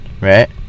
right